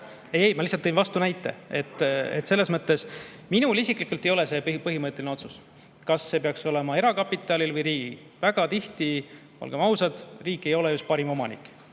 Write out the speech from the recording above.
Ei, ma lihtsalt tõin vastunäite. Selles mõttes minule isiklikult ei ole see põhimõtteline otsus, kas see peaks olema erakapital või riigi oma. Väga tihti, olgem ausad, riik ei ole just parim omanik,